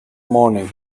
morning